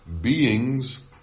beings